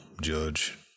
judge